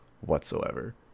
whatsoever